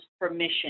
permission